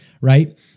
Right